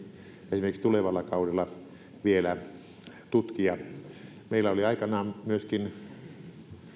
esimerkiksi tulevalla kaudella vielä tutkia meillä oli aikanaan myöskin